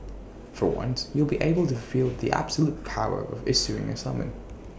for once you'll be able to feel the absolute power of issuing A summon